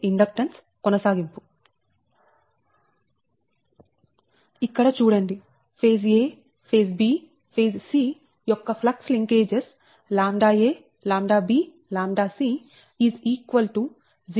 ఇక్కడ చూడండి phase a phase b phase c యొక్క flux linkages λa λb λc is equal to 0